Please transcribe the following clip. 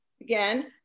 again